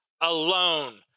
alone